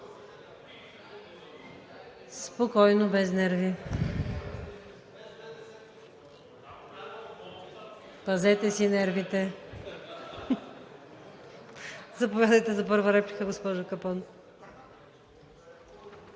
Стоян Мирчев.) Пазете си нервите. Заповядайте за първа реплика, госпожо Капон.